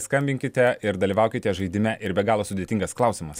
skambinkite ir dalyvaukite žaidime ir be galo sudėtingas klausimas